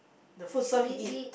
the food serve he eat